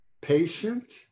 patient